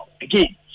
Again